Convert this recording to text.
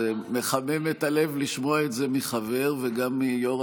זה מחמם את הלב לשמוע את זה מחבר וגם מיו"ר